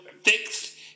fixed